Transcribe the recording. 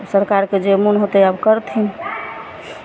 सरकारके जे मोन होतै आब करथिन